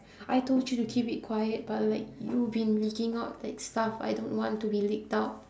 I told you to keep it quiet but like you been leaking out like stuff I don't want to be leaked out